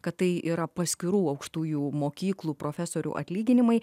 kad tai yra paskirų aukštųjų mokyklų profesorių atlyginimai